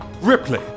Ripley